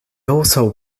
also